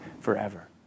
forever